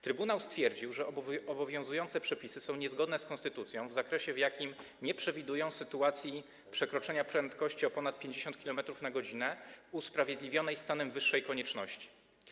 Trybunał stwierdził, że obowiązujące przepisy są niezgodne z konstytucją w zakresie, w jakim nie przewidują sytuacji przekroczenia prędkości o ponad 50 km/h usprawiedliwionej stanem wyższej konieczności.